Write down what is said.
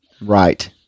Right